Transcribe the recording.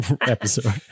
Episode